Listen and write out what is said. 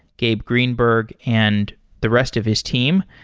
gabe greenberg and the rest of his team.